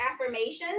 affirmations